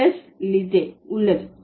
plus லிதே உள்ளது